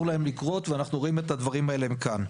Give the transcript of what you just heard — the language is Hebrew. להם לקרות ואנחנו רואים את הדברים האלה הם כאן.